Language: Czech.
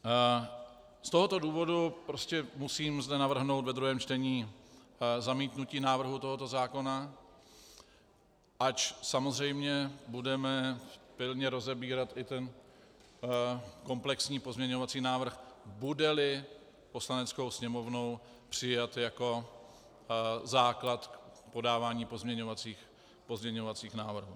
Z tohoto důvodu zde prostě musím navrhnout ve druhém čtení zamítnutí návrhu tohoto zákona, ač samozřejmě budeme pilně rozebírat i ten komplexní pozměňovací návrh, budeli Poslaneckou sněmovnou přijat jako základ v podávání pozměňovacích návrhů.